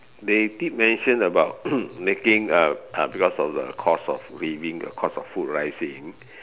they did mention about making a a because of the cost of living the cost of food rising